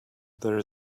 there